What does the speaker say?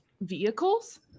vehicles